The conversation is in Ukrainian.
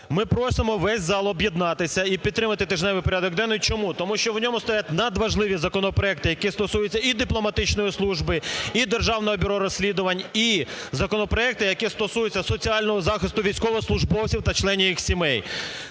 Ми просимо весь зал об'єднатися і підтримати тижневий порядок денний. Чому? Тому що в ньому стоять надважливі законопроекти, які стосуються і дипломатичної служби, і державного бюро розслідувань, і законопроекти, які стосуються соціального захисту військовослужбовців та членів їх сімей.